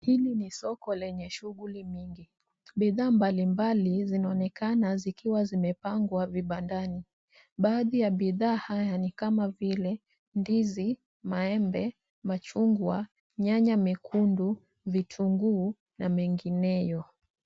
Hili ni soko lenye shughuli mingi. Bidhaa mbali mbali zinaonekana zikiwa zimepangwa vibandani. Baadhi ya bidhaa ni kama vile, ndizi, maembe, machungwa, nyanya mekundu, vitunguu, na mengineyo.